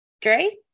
Dre